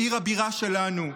בעיר הבירה שלנו.